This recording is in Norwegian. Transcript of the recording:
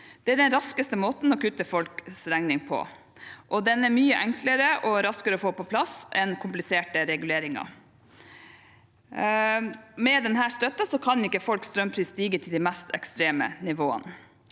Det er den raskeste måten å kutte folks regning på. Ordningen er mye enklere og raskere å få på plass enn kompliserte reguleringer. Med denne støtten kan ikke folks strømpris stige til de mest ekstreme nivåene.